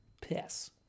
Piss